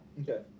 Okay